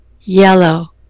yellow